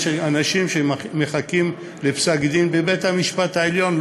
יש אנשים שמחכים לפסק-דין בבית-המשפט העליון,